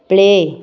play